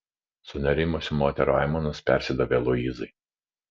sunerimusių moterų aimanos persidavė luizai